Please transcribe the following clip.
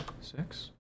six